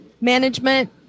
management